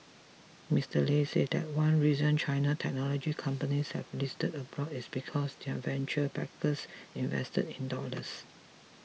Mister Lei said that one reason China technology companies have listed abroad is because their venture backers invested in dollars